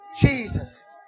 Jesus